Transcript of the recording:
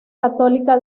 católica